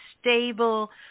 stable